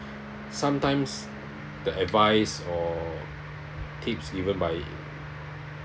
sometimes the advice or tips even by